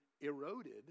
eroded